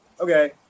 okay